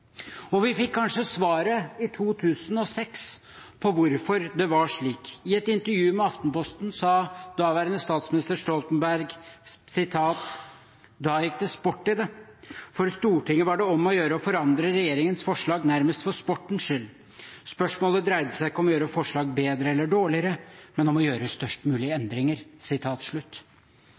i 2006 fikk vi kanskje svaret på hvorfor det var slik. I et intervju med Aftenposten sa daværende statsminister Stoltenberg: «Da gikk det sport i det, for Stortinget var det om å gjøre å forandre regjeringens forslag nærmest for sportens skyld. Spørsmålet dreide seg ikke om å gjøre forslaget bedre eller dårligere, men om å gjøre størst mulig